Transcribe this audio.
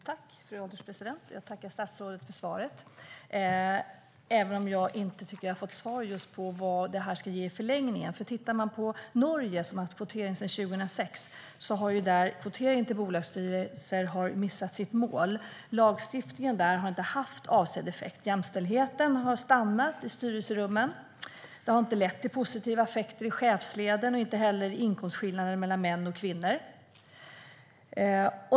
Fru ålderspresident! Jag tackar statsrådet för svaret även om jag inte har fått svar på frågan vad detta ska ge i förlängningen. Norge har haft kvotering till bolagsstyrelser sedan 2006. Men kvoteringen har missat sitt mål, och lagstiftningen har inte haft avsedd effekt. Jämställdheten har stannat i styrelserummen, och det har inte gett några positiva effekter i chefsleden eller på inkomstskillnaden mellan män och kvinnor.